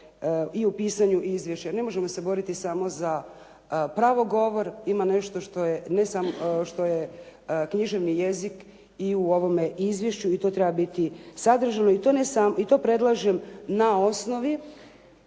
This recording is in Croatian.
i u pisanju izvješća. Ne možemo se boriti samo za pravo govor. Ima nešto što je književni jezik i u ovome izvješću i to treba biti sadržajno i to predlažem na osnovi